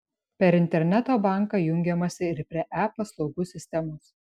per interneto banką jungiamasi ir prie e paslaugų sistemos